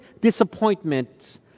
disappointments